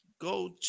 go